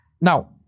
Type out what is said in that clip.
Now